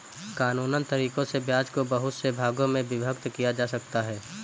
कानूनन तरीकों से ब्याज को बहुत से भागों में विभक्त किया जा सकता है